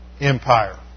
Empire